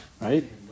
right